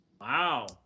wow